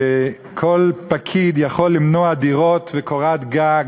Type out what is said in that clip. וכל פקיד יכול למנוע דירות וקורת גג.